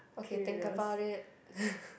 okay think about it